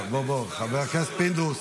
חבר הכנסת פינדרוס.